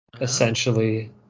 essentially